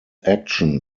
action